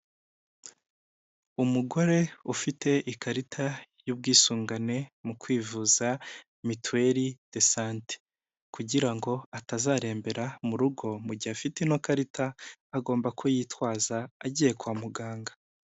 Umugore ufite ikarita y'ubwisungane mu kwivuza mituweri do sante kugira ngo atazarembera mu rugo mu gihe afite ino karita agomba kuyitwaza agiye kwa muganga.